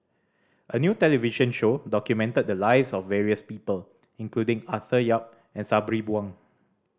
a new television show documented the lives of various people including Arthur Yap and Sabri Buang